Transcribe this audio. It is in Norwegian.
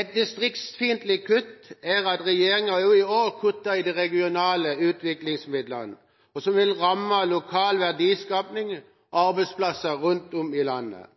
Et distriktsfiendtlig kutt er at regjeringen i år kutter i de regionale utviklingsmidlene, noe som vil ramme lokal verdiskaping og arbeidsplasser rundt om i landet.